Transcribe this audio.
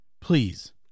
please